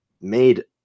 made